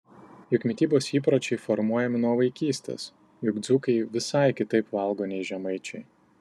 juk mitybos įpročiai formuojami nuo vaikystės juk dzūkai visai kitaip valgo nei žemaičiai